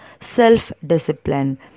self-discipline